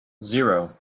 zero